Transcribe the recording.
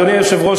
אדוני היושב-ראש,